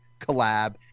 collab